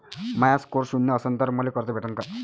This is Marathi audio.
माया स्कोर शून्य असन तर मले कर्ज भेटन का?